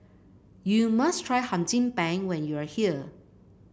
you must try Hum Chim Peng when you are here